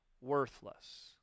worthless